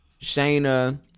Shayna